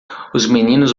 meninos